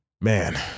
Man